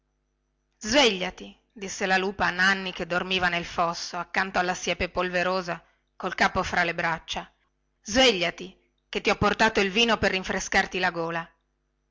svegliati disse la lupa a nanni che dormiva nel fosso accanto alla siepe polverosa col capo fra le braccia svegliati chè ti ho portato il vino per rinfrescarti la gola